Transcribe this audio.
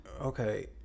okay